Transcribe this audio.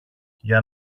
για